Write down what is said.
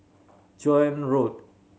Joan Road